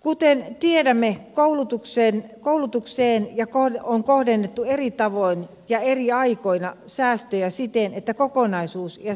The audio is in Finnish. kuten tiedämme koulutukseen on kohdennettu eri tavoin ja eri aikoina säästöjä siten että kokonaisuus ja